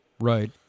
right